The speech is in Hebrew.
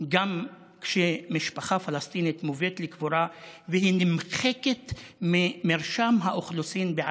גם כשמשפחה פלסטינית מובאת לקבורה והיא נמחקת ממרשם האוכלוסין בעזה?